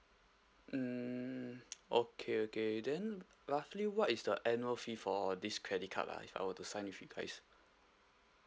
hmm okay okay then roughly what is the annual fee for this credit card ah if I were to sign with you guys